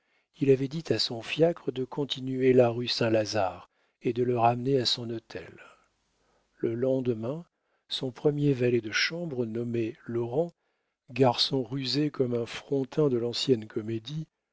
il avait dit à son fiacre de continuer la rue saint-lazare et de le ramener à son hôtel le lendemain son premier valet de chambre nommé laurent garçon rusé comme un frontin de l'ancienne